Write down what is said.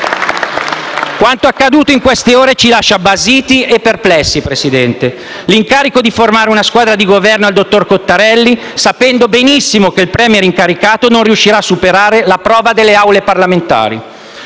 Quanto accaduto in queste ore ci lascia basiti e perplessi, Presidente: l'incarico di formare una squadra di Governo al dottor Cottarelli, sapendo benissimo che il *Premier* incaricato non riuscirà a superare la prova delle Aule parlamentari.